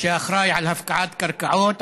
שאחראי להפקעת קרקעות,